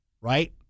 right